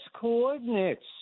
coordinates